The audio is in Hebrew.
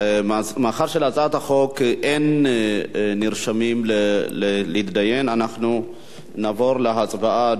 מאחר שלהצעת החוק אין נרשמים להתדיין אנחנו נעבור להצבעה,